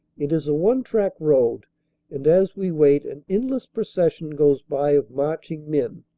it is a one-track road and as we wait an endless procession goes by of marching men,